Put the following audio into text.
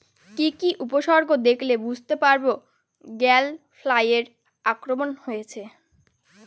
কি কি উপসর্গ দেখলে বুঝতে পারব গ্যাল ফ্লাইয়ের আক্রমণ হয়েছে?